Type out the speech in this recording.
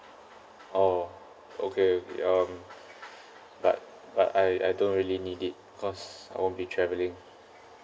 oh okay okay um but but I I don't really need it because I won't be traveling